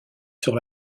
sur